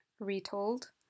retold